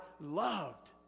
loved